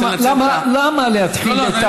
אני רוצה לנצל את, למה להתחיל את,